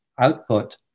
output